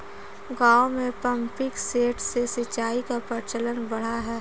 गाँवों में pumping set से सिंचाई का प्रचलन बढ़ा है